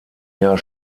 jahr